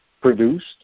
produced